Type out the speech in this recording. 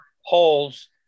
holes